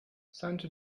santo